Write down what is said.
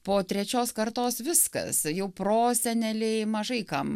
po trečios kartos viskas jau proseneliai mažai kam